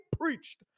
preached